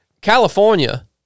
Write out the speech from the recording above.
California